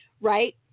right